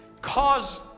cause